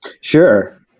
Sure